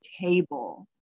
table